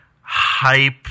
hype